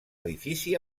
edifici